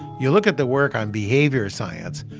you look at the work on behavioral science,